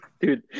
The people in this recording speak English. Dude